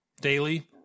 daily